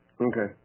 Okay